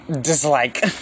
dislike